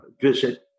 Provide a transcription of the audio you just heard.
visit